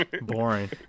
Boring